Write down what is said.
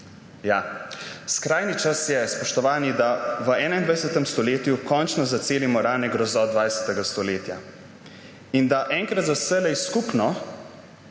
skrajni čas je, spoštovani, da v 21. stoletju končno zacelimo rane grozot 20. stoletja in da enkrat za vselej skupno